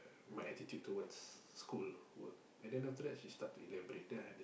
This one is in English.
my attitude towards school work and then after that she starts to elaborate then I